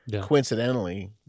coincidentally